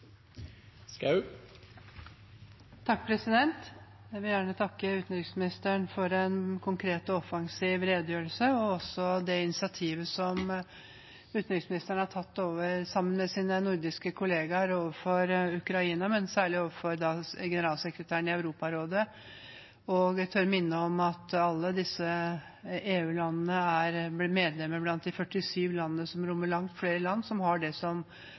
Jeg vil gjerne takke utenriksministeren for en konkret og offensiv redegjørelse og også for det initiativet som utenriksministeren har tatt sammen med sine nordiske kollegaer overfor Ukraina, og særlig overfor generalsekretæren i Europarådet. Jeg tør minne om at alle disse EU-landene er medlemmer blant de 47 landene, som rommer langt flere land som har det